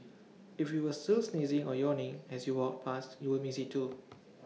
if you were still sneezing or yawning as you walked past you will miss IT too